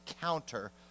counter